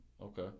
okay